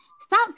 Stop